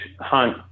hunt